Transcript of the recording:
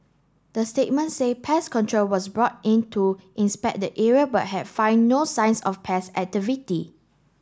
the statement say pest control was brought in to inspect the area but had find no signs of pest activity